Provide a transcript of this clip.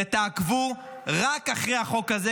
תעקבו רק אחרי החוק הזה,